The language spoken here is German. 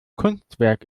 kunstwerk